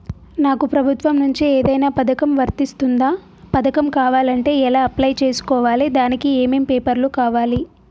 నాకు ప్రభుత్వం నుంచి ఏదైనా పథకం వర్తిస్తుందా? పథకం కావాలంటే ఎలా అప్లై చేసుకోవాలి? దానికి ఏమేం పేపర్లు కావాలి?